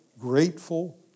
grateful